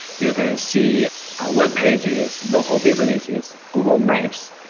you can see webpages, local businesses, google maps.